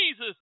Jesus